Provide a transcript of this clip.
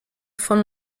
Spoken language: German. von